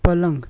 પલંગ